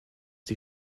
die